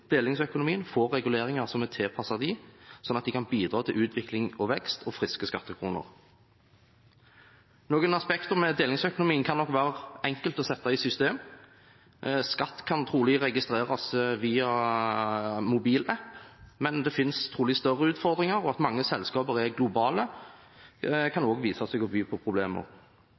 delingsøkonomien får reguleringer som er tilpasset dem, sånn at de kan bidra til utvikling og vekst – og friske skattekroner. Noen aspekter ved delingsøkonomien kan nok være enkelt å sette i system. Skatt kan trolig registreres via mobilapp, men det finnes trolig større utfordringer. At mange selskaper er globale, kan også vise seg å by på problemer.